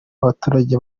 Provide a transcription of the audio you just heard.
abaturage